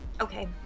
okay